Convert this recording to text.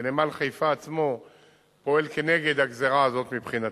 ונמל חיפה עצמו פועל כנגד הגזירה הזאת מבחינתו,